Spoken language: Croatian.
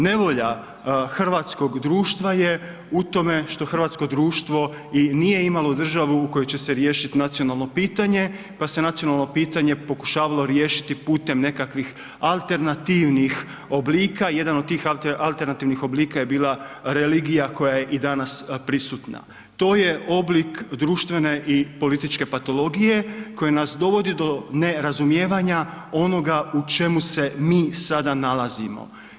Nevolja hrvatskog društva je u tome što hrvatsko društvo i nije imalo državu u kojoj će se riješit nacionalno pitanje, pa se nacionalno pitanje pokušavalo riješiti putem nekakvih alternativnih oblika, jedan od tih alternativnih oblika je bila religija koja je i danas prisutna, to je oblik društvene i političke patologije koje nas dovodi do nerazumijevanja onoga u čemu se mi sada nalazimo.